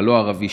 במגזר הלא-ערבי,